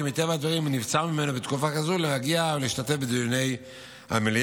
כי מטבע הדברים נבצר ממנו בתקופה כזאת להגיע ולהשתתף בדיוני המליאה.